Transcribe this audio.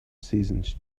seasons